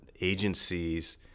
agencies